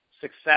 success